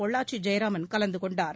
பொள்ளாச்சி ஜெயராமன் கலந்து கொண்டார்